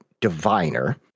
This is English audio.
diviner